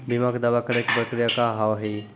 बीमा के दावा करे के प्रक्रिया का हाव हई?